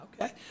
Okay